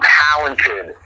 talented